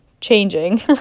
changing